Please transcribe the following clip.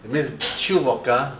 it means chilled vodka